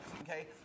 okay